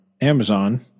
Amazon